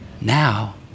Now